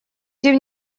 тем